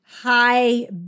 high